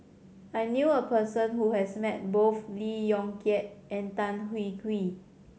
I knew a person who has met both Lee Yong Kiat and Tan Hwee Hwee